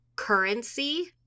Currency